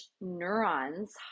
neurons